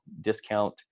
discount